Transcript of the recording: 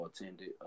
attended